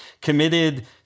committed